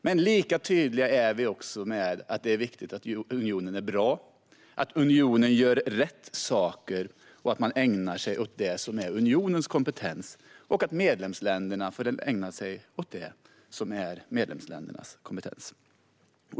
Men lika tydliga är vi också med att det är viktigt att unionen är bra, att unionen gör rätt saker och ägnar sig åt det som är unionens kompetens och att medlemsländerna ägnar sig åt det som är deras kompetens.